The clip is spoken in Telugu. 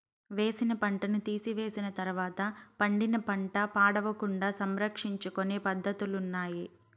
వేసిన పంటను తీసివేసిన తర్వాత పండిన పంట పాడవకుండా సంరక్షించుకొనే పద్ధతులున్నాయి